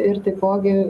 ir taipogi